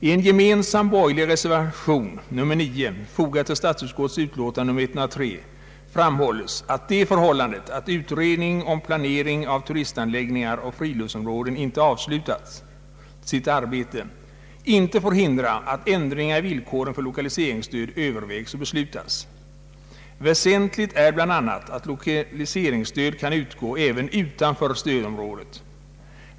I en gemensam borgerlig reservation, nr 9, fogad till statsutskottets utlåtande nr 103, framhålles att det förhållandet att utredningen om planering av turistanläggningar och friluftsområden inte avslutat sitt arbete inte får hindra att ändringar i villkoren för lokaliseringsstöd övervägs och beslutas. Väsentligt är bl.a. att lokaliseringsstöd kan utgå även utanför stödområdet.